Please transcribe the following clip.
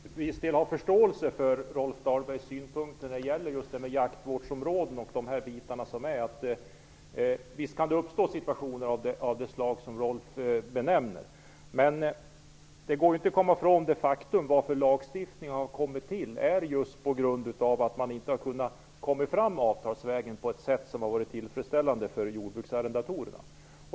Fru talman! Jag kan till viss del ha förståelse för Rolf Dahlbergs synpunkt just när det gäller frågan om jaktvårsdområden. Visst kan det uppstå situationer av det slag som Rolf Dahlberg nämner. Men det går inte att komma ifrån det faktum att lagstiftningen har kommit till just på grund av att man inte har kunnat komma fram avtalsvägen på ett sätt som har varit tillfredsställande för jordbruksarrendatorerna.